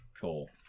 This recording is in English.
cool